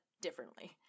differently